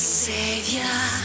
savior